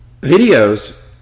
Videos